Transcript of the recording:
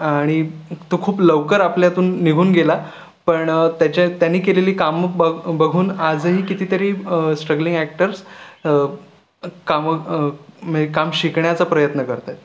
आणि तो खूप लवकर आपल्यातून निघून गेला पण त्याच्या त्याने केलेली कामं बग बघून आजही कितीतरी स्ट्रगलिंग अॅक्टर्स कामं म्हणजे काम शिकण्याचा प्रयत्न करत आहेत